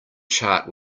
chart